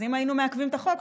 אז אם היינו מעכבים את החוק,